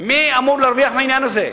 מי אמור להרוויח מהעניין הזה?